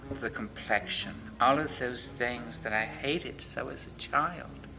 the complexion, all of those things that i hated so as a child